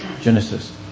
Genesis